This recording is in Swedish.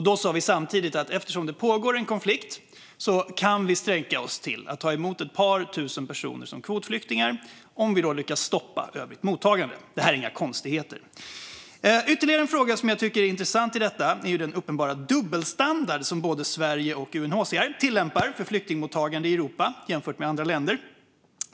Vi sa då samtidigt: Eftersom det pågår en konflikt kan vi sträcka oss till att ta emot ett par tusen personer som kvotflyktingar, om vi lyckas stoppa övrigt mottagande. Det är inga konstigheter. Ytterligare en fråga som är intressant är den uppenbara dubbelstandard som både Sverige och UNHCR tillämpar för flyktingmottagande i Europa jämfört med i andra länder.